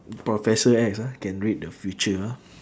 professor X ah can read the future ah